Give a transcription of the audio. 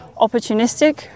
opportunistic